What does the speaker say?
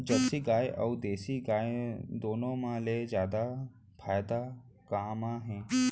Jersey गाय अऊ देसी गाय दूनो मा ले जादा फायदा का मा हे?